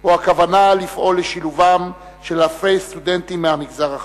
או הכוונה לפעול לשילובם של אלפי סטודנטים מהמגזר החרדי.